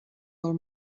del